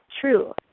true